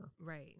Right